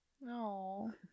No